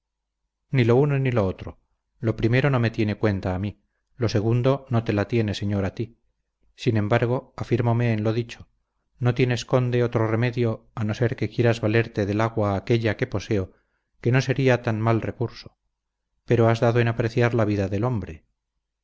ni lo uno ni lo otro lo primero no me tiene cuenta a mí lo segundo no te la tiene señor a ti sin embargo afírmome en lo dicho no tienes conde otro remedio a no ser que quieras valerte del agua aquella que poseo que no sería tan mal recurso pero has dado en apreciar la vida del hombre